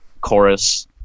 chorus